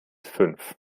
fünf